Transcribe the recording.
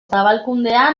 zabalkundea